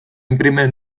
imprime